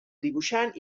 dibuixant